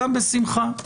גם בשמחה.